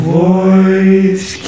voice